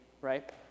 right